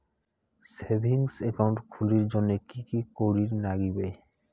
Savings account খুলির জন্যে কি কি করির নাগিবে?